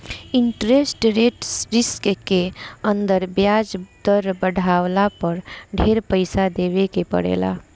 interest rate risk के अंदर ब्याज दर बाढ़ला पर ढेर पइसा देवे के पड़ेला